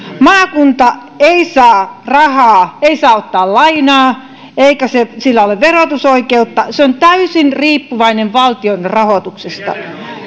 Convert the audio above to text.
maakunta ei saa rahaa ei saa ottaa lainaa eikä sillä ole verotusoikeutta se on täysin riippuvainen valtion rahoituksesta